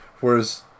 Whereas